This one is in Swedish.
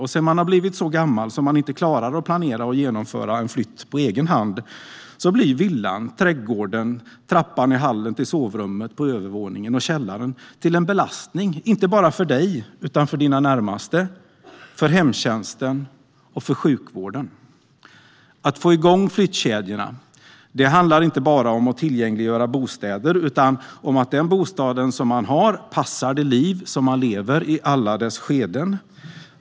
Har man sedan blivit så gammal att man inte klarar att planera och genomföra flytten på egen hand blir villan, trädgården, trappan i hallen till sovrummet på övervåningen och källaren en belastning - inte bara för dig, utan för dina närmaste, för hemtjänsten och för sjukvården. Att få igång flyttkedjorna handlar inte bara om att tillgängliggöra bostäder utan även om att den bostad man har passar det liv man lever i alla dess skeden.